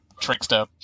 trickster